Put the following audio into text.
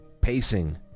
Pacing